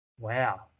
Wow